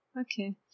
Okay